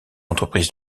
entreprise